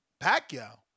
Pacquiao